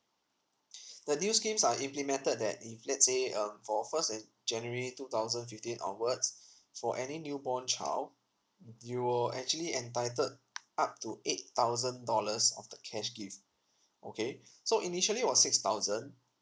the new schemes are implemented that if let's say um for first of january two thousand fifteen onwards for any newborn child mm you will actually entitled up to eight thousand dollars of the cash gift okay so initially it was six thousand